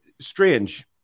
strange